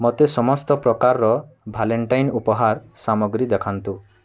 ମୋତେ ସମସ୍ତ ପ୍ରକାରର ଭାଲେଣ୍ଟାଇନ୍ ଉପହାର ସାମଗ୍ରୀ ଦେଖାନ୍ତୁ